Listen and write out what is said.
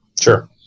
Sure